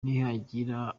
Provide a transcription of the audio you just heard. nihagira